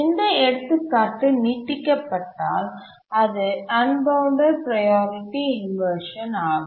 இந்த எடுத்துக்காட்டு நீட்டிக்கப்பட்டால் அது அன்பவுண்டட் ப்ரையாரிட்டி இன்வர்ஷன் ஆகும்